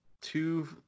two